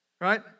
Right